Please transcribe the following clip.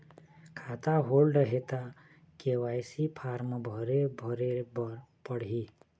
खाता होल्ड हे ता के.वाई.सी फार्म भरे भरे बर पड़ही?